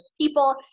people